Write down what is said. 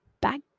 back